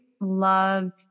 loved